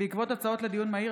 בעקבות דיון מהיר